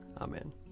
Amen